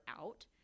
out